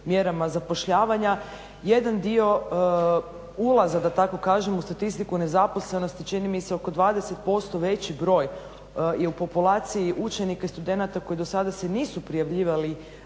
mjerama zapošljavanja. Jedan dio ulaza, da tako kažem, u statistiku nezaposlenosti čini mi se oko 20% veći broj je u populaciji učenika i studenata koji dosada se nisu prijavljivali